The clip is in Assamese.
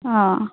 অঁ